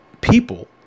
people